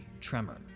tremor